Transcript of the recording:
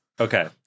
Okay